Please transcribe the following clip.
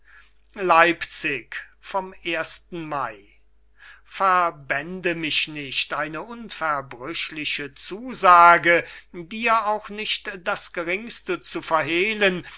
leipzig vom ersten may verbände mich nicht eine unverbrüchliche zusage dir auch nicht das geringste zu verhelen